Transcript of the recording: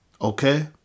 Okay